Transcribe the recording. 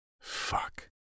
Fuck